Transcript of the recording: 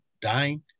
dying